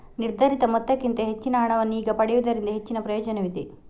ನಿರ್ಧರಿತ ಮೊತ್ತಕ್ಕಿಂತ ಹೆಚ್ಚಿನ ಹಣವನ್ನು ಈಗ ಪಡೆಯುವುದರಿಂದ ಹೆಚ್ಚಿನ ಪ್ರಯೋಜನವಿದೆ